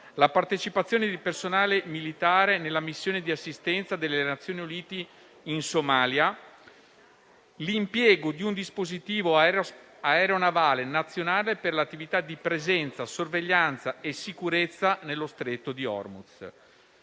la partecipazione di personale militare alla missione di assistenza delle Nazioni Unite in Somalia; l'impiego di un dispositivo aeronavale nazionale per l'attività di presenza, sorveglianza e sicurezza nello Stretto di Hormuz;